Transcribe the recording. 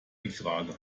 infrage